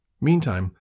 Meantime